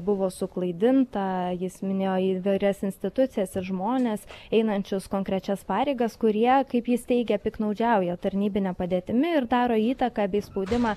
buvo suklaidinta jis minėjo įvairias institucijas ir žmones einančius konkrečias pareigas kurie kaip jis teigė piktnaudžiauja tarnybine padėtimi ir daro įtaką bei spaudimą